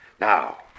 Now